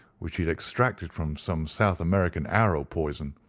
which he had extracted from some south american arrow poison,